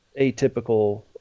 atypical